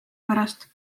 pärast